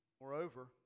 Moreover